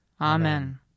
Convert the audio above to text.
Amen